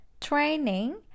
Training